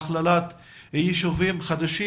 הכללת ישובים חדשים.